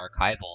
archival